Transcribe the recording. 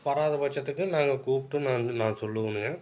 வராதப் பட்சத்துக்கு நாங்கள் கூப்பிட்டு நான் நான் சொல்லுவேனுங்க